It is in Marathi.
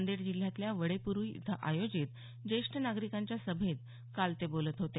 नांदेड जिल्ह्यातल्या वडेपूरी इथं आयोजित ज्येष्ठ नागरिकांच्या सभेत काल ते बोलत होते